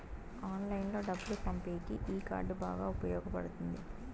ఆన్లైన్లో డబ్బులు పంపేకి ఈ కార్డ్ బాగా ఉపయోగపడుతుంది